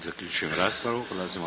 Hvala vam